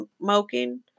smoking